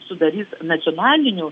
sudarys nacionalinių